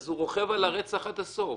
הוא רוכב על הרצח עד הסוף.